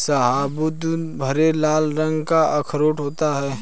शाहबलूत भूरे लाल रंग का अखरोट होता है